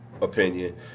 opinion